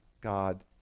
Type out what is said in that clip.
God